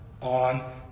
on